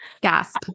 Gasp